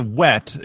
wet